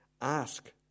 Ask